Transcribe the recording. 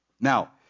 Now